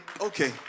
okay